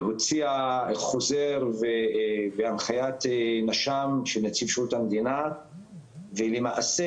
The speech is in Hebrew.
והוציאה חוזר והנחייה של נציב שירות המדינה ולמעשה